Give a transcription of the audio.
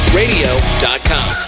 radio.com